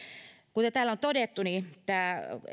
kuten täällä on todettu niin tämä